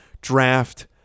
Draft